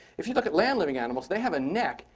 if you look at land living animals they have a neck,